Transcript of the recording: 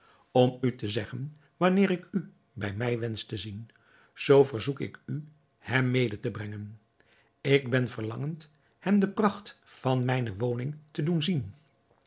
om u te zeggen wanneer ik u bij mij wensch te zien zoo verzoek ik u hem mede te brengen ik ben verlangend hem de pracht van mijne woning te doen zien